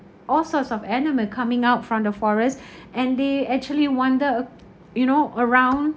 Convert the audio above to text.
all sorts of animal coming out from the forest and they actually wander you know around